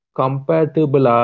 compatible